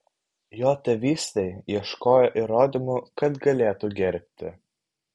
jo tėvystei ieškojo įrodymų kad galėtų gerbti